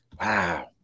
Wow